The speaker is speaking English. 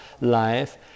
life